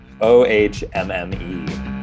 o-h-m-m-e